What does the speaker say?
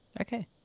Okay